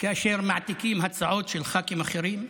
כאשר מעתיקים הצעות של ח"כים אחרים.